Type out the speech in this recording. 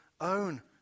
own